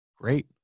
Great